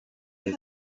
his